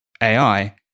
AI